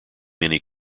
many